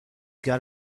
got